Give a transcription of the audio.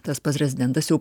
tas pats rezidentas jau